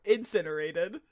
Incinerated